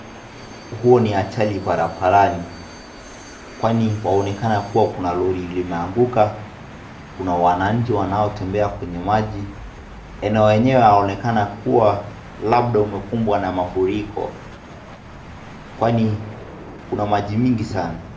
Hii ni ajali barabarani, kwani waonekana kuwa kuna lori limeanguka, kuna wananchi wanaotembea kwenye maji, eneo lenyewe laonekana kuwa labda umekumbwa na mafuriko kwani kuna maji mingi sana.